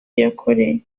yakoreye